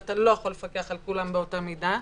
ואתה לא יכול לפקח על כולם באותה מידה,